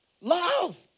Love